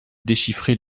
déchiffrer